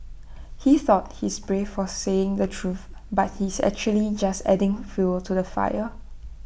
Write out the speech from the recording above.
he thought he's brave for saying the truth but he's actually just adding fuel to the fire